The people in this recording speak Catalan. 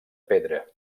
pedra